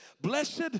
blessed